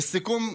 לסיכום,